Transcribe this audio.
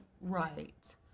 right